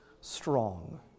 strong